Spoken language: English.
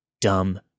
Dumb